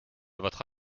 votre